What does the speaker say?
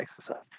exercise